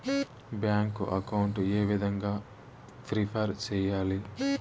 Bank account ఏ విధంగా prepare సెయ్యాలి?